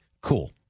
Cool